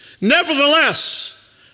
Nevertheless